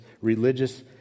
religious